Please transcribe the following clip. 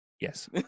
Yes